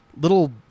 little